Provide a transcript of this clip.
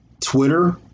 Twitter